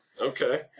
Okay